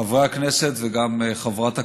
חברי הכנסת וגם חברות הכנסת,